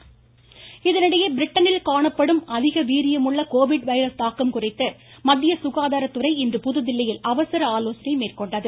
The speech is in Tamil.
வைரஸ் ஆய்வுக்கூட்டம் இதனிடையே பிரிட்டனில் காணப்படும் அதிக வீரியமுள்ள கோவிட் வைரஸ் தாக்கம் குறித்து மத்திய சுகாதாரத்துறை இன்று புதுதில்லியில் அவசர ஆலோசனை மேற்கொண்டது